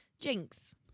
Jinx